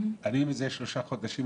מזה שלושה חודשים,